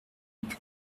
plus